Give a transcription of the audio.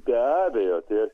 be abejo tai